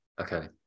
okay